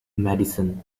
madison